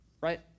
right